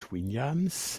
williams